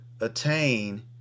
attain